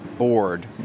board